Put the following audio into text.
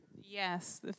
Yes